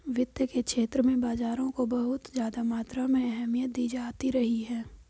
वित्त के क्षेत्र में बाजारों को बहुत ज्यादा मात्रा में अहमियत दी जाती रही है